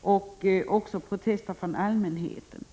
och också protester från allmänheten.